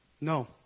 no